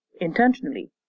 intentionally